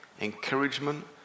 Encouragement